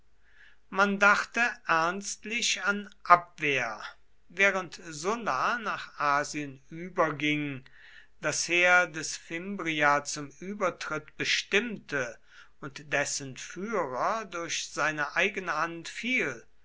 man dachte ernstlich an abwehr während sulla nach asien überging das heer des fimbria zum übertritt bestimmte und dessen führer durch seine eigene hand fiel